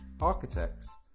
architects